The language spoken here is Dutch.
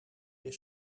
weer